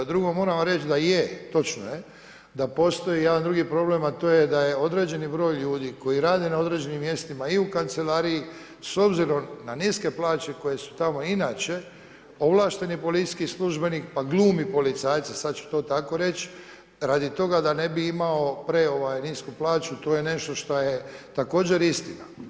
Drugo, moram vam reći da je, točno je da postoji jedan drugi problem, a to je da je određeni broj koji rade na određenim mjestima i u kancelariji s obzirom na niske plaće koje su tamo inače ovlašteni policijski službenik pa glumi policajca, sada ću to tako reć, radi toga da ne bi imao prenisku plaću, to je nešto šta je također istina.